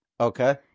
Okay